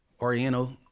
Oriental